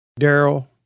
Daryl